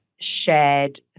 shared